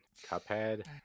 Cuphead